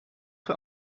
für